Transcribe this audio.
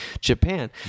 Japan